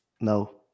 No